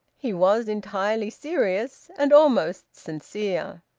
he was entirely serious, and almost sincere.